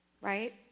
right